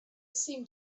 seemed